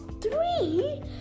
three